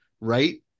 right